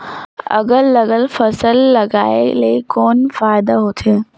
अलग अलग फसल लगाय ले कौन फायदा होथे?